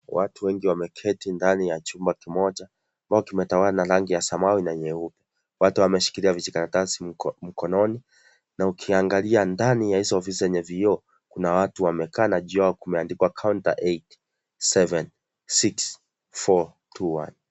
Watu wengi wameketi ndani ya chumba kimoja ,ambao kimetawala na rangi ya samawi na nyeupe watu wameshikilia vijikaratasi mkononi na ukiangalia ndani ya hizo ofisi zenye vioo kuna watu wamekaa na juu yao kumeandikwa counter eight , seven ,six ,four ,two ,one .